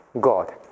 God